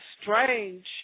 strange